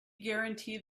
guarantee